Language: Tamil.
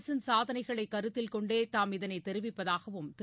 அரசின் சாதனைகளை கருத்தில் கொண்டே தாம் இதனை தெரிவிப்பதாகவும் திரு